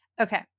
Okay